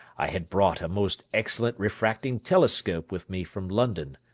i had brought a most excellent refracting telescope with me from london,